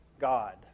God